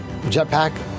jetpack